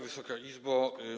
Wysoka Izbo!